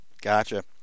Gotcha